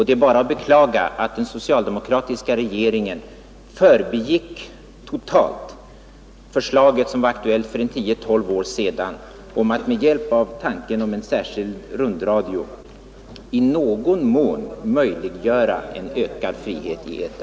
Det är bara att beklaga att den socialdemokratiska regeringen totalt förbigått förslaget — som var aktuellt för tio tolv år sedan — om att med hjälp av en särskild rundradio i någon mån möjliggöra en ökad frihet i etern.